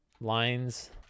lines